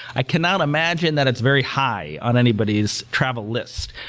i cannot imagine that it's very high on anybody's travel list,